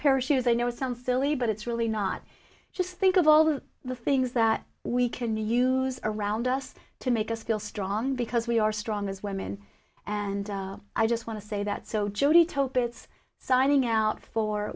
pair of shoes i know some silly but it's really not just think of all the things that we can use around us to make us feel strong because we are strong as women and i just want to say that so jody told pitts signing out for